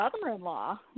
mother-in-law